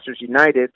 united